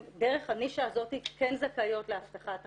דרך הנישה הזאת כן זכאיות להבטחת הכנסה,